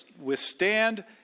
withstand